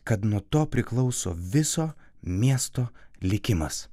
kad nuo to priklauso viso miesto likimas